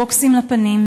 בוקסים לפנים,